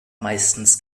meistens